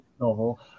novel